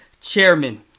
chairman